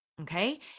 Okay